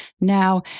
Now